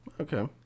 Okay